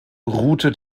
route